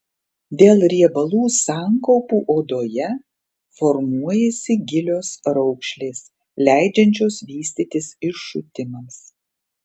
dėl riebalų sankaupų odoje formuojasi gilios raukšlės leidžiančios vystytis iššutimams